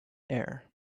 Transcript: air